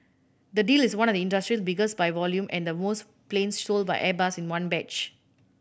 the deal is one of the industry's biggest by volume and the most planes sold by Airbus in one batch